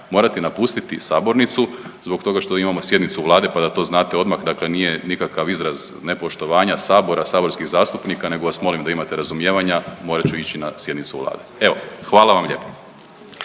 morati napustiti sabornicu zbog toga što imamo sjednicu Vlade, pa da to znate odmah. Dakle, nije nikakav izraz nepoštovanja Sabora, saborskih zastupnika nego vas molim da imate razumijevanja. Morat ću ići na sjednicu Vlade. Evo, hvala vam lijepa.